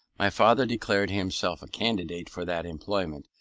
my father declared himself a candidate for that employment,